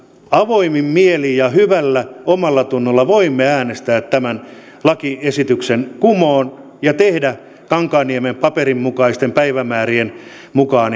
avoimin mielin ja hyvällä omallatunnolla voimme äänestää tämän lakiesityksen kumoon ja tehdä kankaanniemen paperin mukaisten päivämäärien mukaan